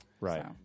Right